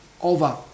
over